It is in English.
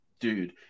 dude